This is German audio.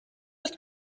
ist